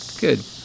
Good